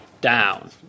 down